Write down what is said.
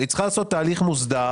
היא צריכה לעשות הליך מוסדר,